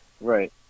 Right